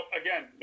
again